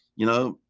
you know,